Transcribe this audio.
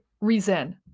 reason